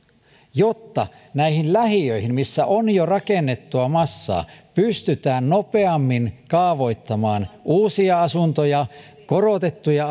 jotta lähiöihin missä on jo rakennettua massaa pystytään nopeammin kaavoittamaan uusia asuntoja korotettuja